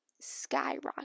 skyrocket